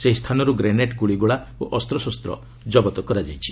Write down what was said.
ସେହି ସ୍ଥାନରୁ ଗ୍ରେନେଡ୍ ଗୁଳିଗୋଳା ଓ ଅସ୍ତ୍ରଶସ୍ତ ଜବତ୍ କରାଯାଇଥିଲା